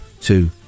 two